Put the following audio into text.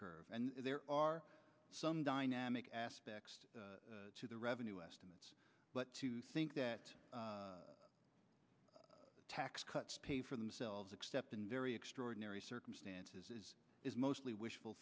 curve and there are some dynamic aspects to the revenue estimates but to think that tax cuts pay for themselves except in very extraordinary circumstances is mostly wishful